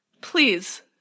please